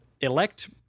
elect